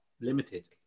limited